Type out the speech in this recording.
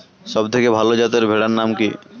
সবথেকে ভালো যাতে ভেড়ার নাম কি?